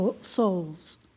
souls